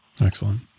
Excellent